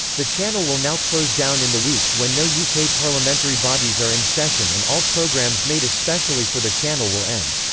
the channel will now close down in the weeks when no yeah uk parliamentary bodies are in session and all programmes made especially for the channel will end.